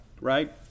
right